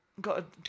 Got